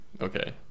Okay